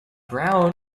brown